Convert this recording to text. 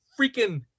freaking